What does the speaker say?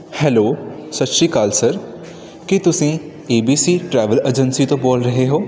hello ਸਤਿ ਸ਼੍ਰੀ ਅਕਾਲ ਸਰ ਕੀ ਤੁਸੀਂ A B C travel agency ਤੋਂ ਬੋਲ ਰਹੇ ਹੋ